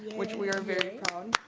which we are very